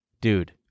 Dude